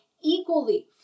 equally